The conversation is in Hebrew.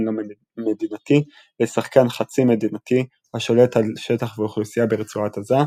לא-מדינתי" לשחקן חצי־מדינתי השולט על שטח ואוכלוסייה ברצועת עזה,